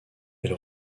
elle